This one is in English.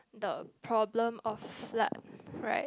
the problem of flood right